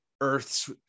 Earth's